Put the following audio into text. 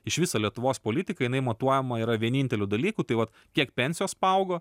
iš viso lietuvos politika jinai matuojama yra vieninteliu dalyku tai vat kiek pensijos paaugo